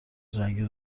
جنگ